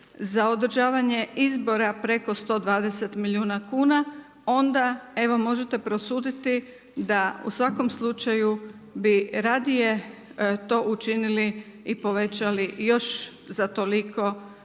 za održavanje izbora preko 120 milijuna kuna, onda evo možete prosuditi da u svakom slučaju, bi radije, to učinili i povećali još za toliko ionako